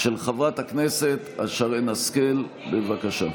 של חברת הכנסת שרן השכל, בבקשה.